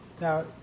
Now